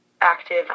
active